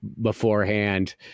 beforehand